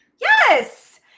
Yes